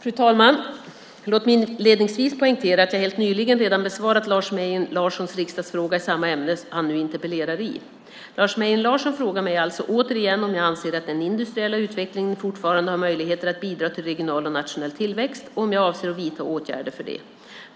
Fru talman! Låt mig inledningsvis poängtera att jag helt nyligen redan besvarat Lars Mejern Larssons riksdagsfråga i samma ämne som han nu interpellerar i. Lars Mejern Larsson frågar mig alltså återigen om jag anser att den industriella utvecklingen fortfarande har möjligheter att bidra till regional och nationell tillväxt, och om jag avser att vidta åtgärder för det.